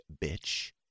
bitch